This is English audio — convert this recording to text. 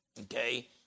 Okay